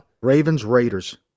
Ravens-Raiders